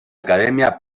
academia